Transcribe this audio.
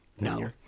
No